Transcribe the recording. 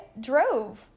drove